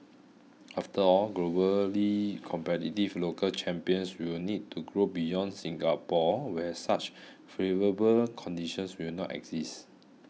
after all globally competitive local champions will need to grow beyond Singapore where such favourable conditions will not exist